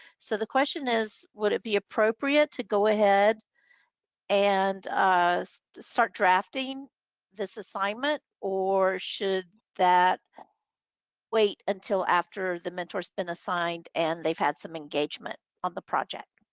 so the question is, would it be appropriate to go ahead and start drafting this assignment? or should that wait until after the mentor has been assigned and they've had some engagement on the project?